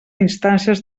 instàncies